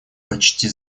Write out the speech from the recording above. почти